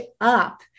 up